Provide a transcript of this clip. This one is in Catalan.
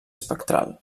espectral